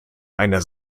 einer